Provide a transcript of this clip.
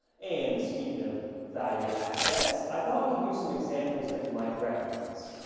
and speaking of valuable assets, i thought we'd use some examples that you might recognize.